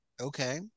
Okay